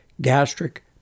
gastric